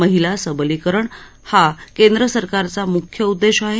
महिला सबलीकरण हा केंद्रसरकारचा मुख्य उद्देश आहे